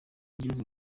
ngeze